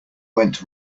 went